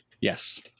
yes